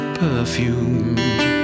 perfume